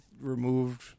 removed